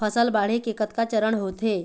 फसल बाढ़े के कतका चरण होथे?